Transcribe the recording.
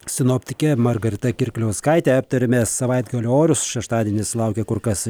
sinoptikė margarita kirkliauskaitė aptarėme savaitgalio orus šeštadienis laukia kur kas